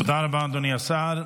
תודה רבה, אדוני השר.